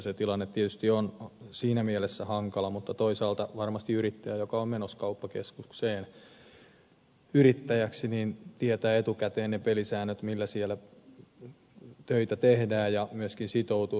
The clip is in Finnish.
se tilanne tietysti on siinä mielessä hankala mutta toisaalta varmasti yrittäjä joka on menossa kauppakeskukseen yrittäjäksi tietää etukäteen ne pelisäännöt millä siellä töitä tehdään ja myöskin sitoutuu niihin